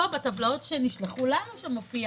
בטבלאות שלנו כתוב: